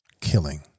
killing